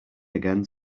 again